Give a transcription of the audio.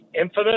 infamous